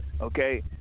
Okay